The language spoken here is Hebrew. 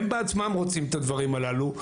הם בעצמם רוצים את הדברים הללו,